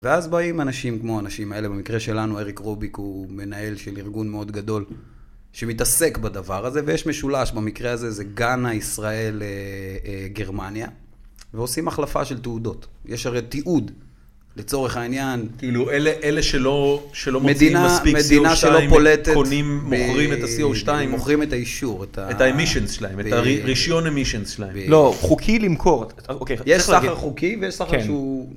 ואז באים אנשים כמו האנשים האלה, במקרה שלנו אריק רוביק הוא מנהל של ארגון מאוד גדול, שמתעסק בדבר הזה, ויש משולש, במקרה הזה זה גאנה-ישראל-גרמניה, ועושים החלפה של תעודות, יש הרי תיעוד. לצורך העניין.. כאילו אלה שלא מוציאים מספיק CO2 - מדינה, מדינה שלא פולטת - קונים ומוכרים את ה-CO2. מוכרים את האישור. את ה emissions שלהם, את הרשיון emissions שלהם. לא, חוקי למכור. יש סחר חוקי ויש סחר שהוא...